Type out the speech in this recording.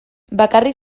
bakarrik